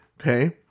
okay